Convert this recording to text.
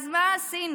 אז מה עשינו?